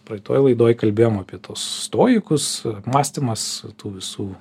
praeitoj laidoj kalbėjom apie tuos stoikus mąstymas tų visų